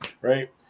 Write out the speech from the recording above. right